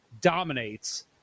dominates